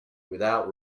without